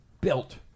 built